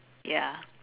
ya